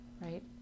right